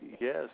Yes